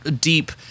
deep